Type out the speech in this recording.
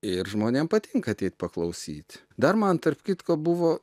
ir žmonėm patinka ateit paklausyt dar man tarp kitko buvo